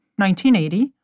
1980